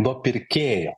nuo pirkėjo